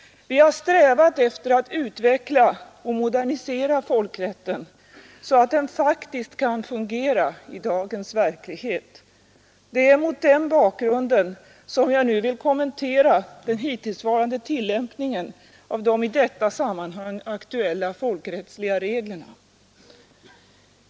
Vi har strävat efter att utveckla och modernisera folkrätten så att den faktiskt kan fungera i dagens verklighet. Det är mot den bakgrunden som jag nu vill kommentera den hittillsvarande tillämpningen av de i detta sammanhang aktuella folkrättsliga reglerna.